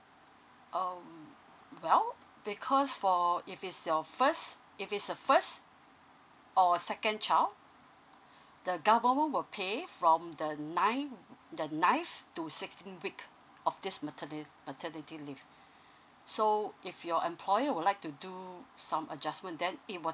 um well because for if it's your first if it's the first or second child the government will pay from the nine the ninth to sixteenth week of this materni~ maternity leave so if your employer would like to do some adjustment then it will